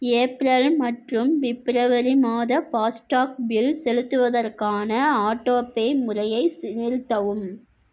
April மற்றும் February மாத FASTag bill செலுத்துவதற்கான ஆட்டோபே முறையை நிறுத்தவும்